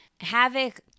Havoc